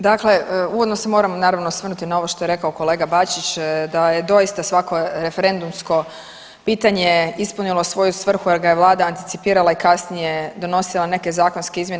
Dakle, uvodno se moram, naravno, osvrnuti na ovo što je rekao kolega Bačić, da je doista svako referendumsko pitanje ispunilo svoju svrhu jer ga je Vlada anticipirala i kasnije donosila neke zakonske izmjene.